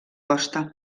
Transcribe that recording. costa